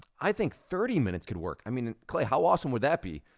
i think thirty minutes could work. i mean, clay, how awesome would that be?